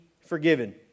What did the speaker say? forgiven